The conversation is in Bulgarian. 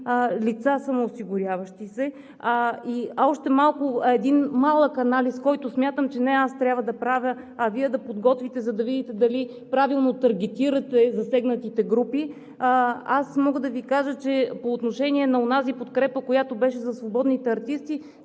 хиляди самоосигуряващи се лица. И един малък анализ, който смятам, че не аз трябва да правя, а Вие да подготвите, за да видите дали правилно таргетирате засегнатите групи. Аз мога да Ви кажа, че по отношение на онази подкрепа, която беше за свободните артисти,